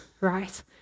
right